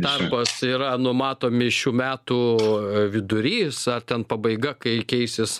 tarpas tai yra numatomi šių metų vidurys ar ten pabaiga kai keisis